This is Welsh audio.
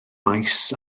maes